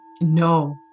No